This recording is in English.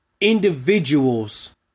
individuals